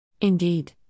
Indeed